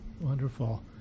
wonderful